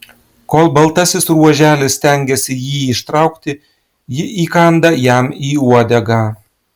kol baltasis ruoželis stengiasi jį ištraukti ji įkanda jam į uodegą